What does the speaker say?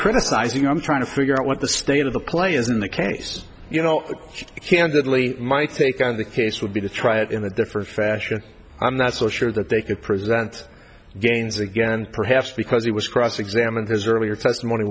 criticizing i'm trying to figure out what the state of the play is in the case you know which candidly my take on the case would be to try it in a different fashion i'm not so sure that they could present gains again perhaps because he was cross examined his earlier testimony